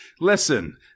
Listen